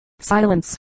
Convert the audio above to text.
Silence